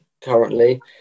currently